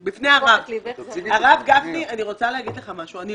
הרב גפני, אני רוצה לומר לך משהו.